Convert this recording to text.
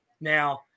Now